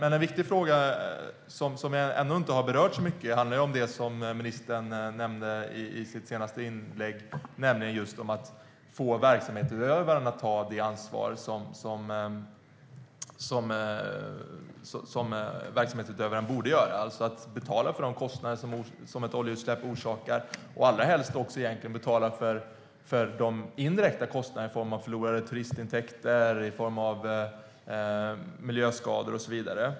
En viktig fråga som jag ännu inte har berört så mycket handlar om något som ministern nämnde i sitt senaste inlägg, nämligen om att få verksamhetsutövaren att ta det ansvar den borde ta, det vill säga betala för de kostnader som ett oljeutsläpp orsakar, allra helst egentligen också för de indirekta kostnaderna i form av förlorade turistintäkter, miljöskador och så vidare.